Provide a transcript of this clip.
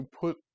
put